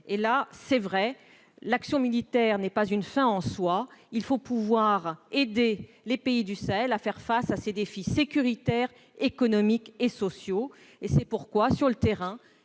À cet égard, l'action militaire n'est effectivement pas une fin en soi : il faut pouvoir aider les pays du Sahel à faire face aux défis sécuritaires, économiques et sociaux. C'est pourquoi, sur le terrain,